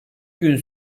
gün